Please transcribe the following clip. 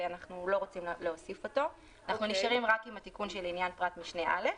אנחנו נשארים רק עם התיקון של "לעניין פרט משנה (א)".